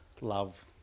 love